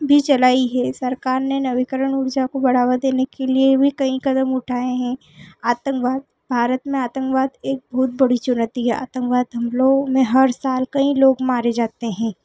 भी चलाई है सरकार ने नवीकरण उर्जा को बढ़ावा देने के लिए भी कई क़दम उठाए हैं आतंकवाद भारत में आतंकवाद एक बहुत बड़ी चुनौती है आतंकवाद हमलों में हर साल कई लोग मारे जाते हैं